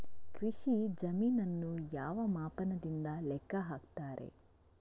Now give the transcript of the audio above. ಕೃಷಿ ಜಮೀನನ್ನು ಯಾವ ಮಾಪನದಿಂದ ಲೆಕ್ಕ ಹಾಕ್ತರೆ?